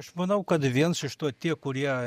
aš manau kad viens iš to tie kurie